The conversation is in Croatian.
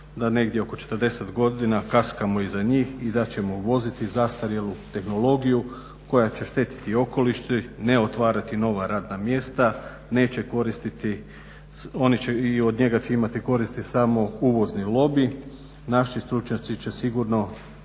da negdje oko 40 godina kaskamo iza njih i da ćemo voziti zastarjelu tehnologiju koja će štetiti okolišu, ne otvarati nova radna mjesta, neće koristiti, i od njega će imati koristi samo uvozni lobiji, naši stručnjaci će sigurno